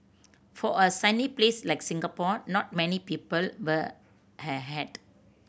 for a sunny place like Singapore not many people wear hat